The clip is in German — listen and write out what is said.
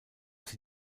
sie